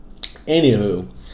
Anywho